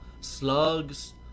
slugs